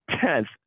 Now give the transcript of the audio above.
Tenth